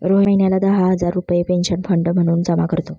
रोहन महिन्याला दहा हजार रुपये पेन्शन फंड म्हणून जमा करतो